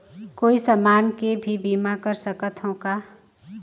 कोई समान के भी बीमा कर सकथव का?